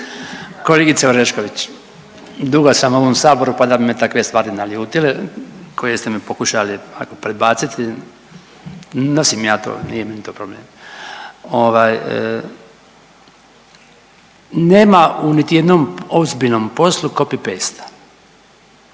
Kolegice Orešković, dugo sam u ovom saboru pa da bi me takve stvari naljutite koje ste mi pokušali prebaciti, nosim ja to nije mi to problem. Ovaj, nema niti u jednom ozbiljnom poslu copy paste.